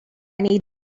need